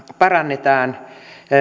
parannetaan